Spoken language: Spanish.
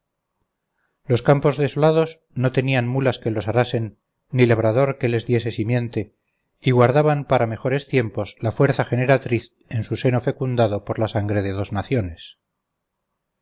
los campos desolados no tenían mulas que los arasen ni labrador que les diese simiente y guardaban para mejores tiempos la fuerza generatriz en su seno fecundado por la sangre de dos naciones